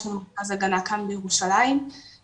יש לנו מרכז הגנה כאן בירושלים שמעביר,